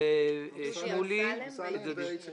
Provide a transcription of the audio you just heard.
אמסלם ואיציק שמולי.